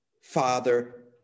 Father